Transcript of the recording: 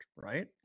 right